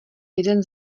jeden